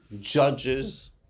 judges